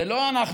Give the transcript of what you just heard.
זה לא אנחנו.